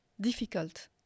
difficult